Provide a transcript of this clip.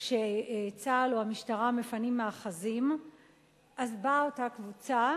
כשצה"ל או המשטרה מפנים מאחזים אז באה אותה קבוצה